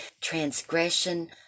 transgression